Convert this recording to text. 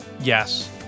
Yes